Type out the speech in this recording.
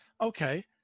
okay